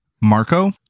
Marco